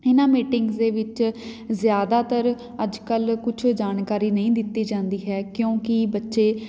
ਇਹਨਾਂ ਮੀਟਿੰਗਸ ਦੇ ਵਿੱਚ ਜ਼ਿਆਦਾਤਰ ਅੱਜ ਕੱਲ੍ਹ ਕੁਛ ਜਾਣਕਾਰੀ ਨਹੀਂ ਦਿੱਤੀ ਜਾਂਦੀ ਹੈ ਕਿਉਂਕਿ ਬੱਚੇ